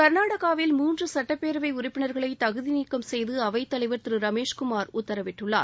கர்நாடகாவில் மூன்று சட்டப்பேரவை உறுப்பினர்களை தகுதி நீக்கம் செய்து அவைத் தலைவர் திரு ரமேஷ் குமார் உத்தரவிட்டுள்ளார்